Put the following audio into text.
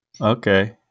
Okay